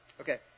Okay